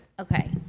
Okay